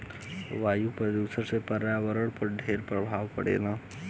वायु प्रदूषण से पर्यावरण पर ढेर प्रभाव पड़ेला